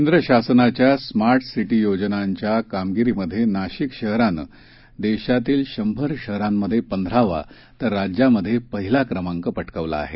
केंद्र शासनाच्या smart city योजनांच्या कामगिरीत नाशिक शहरानं देशातील शंभर शहरांमध्ये पंधरावा तर राज्यात पहिला क्रमांक पटकावला आहे